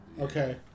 Okay